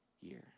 year